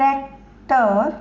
tractor